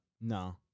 No